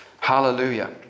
Hallelujah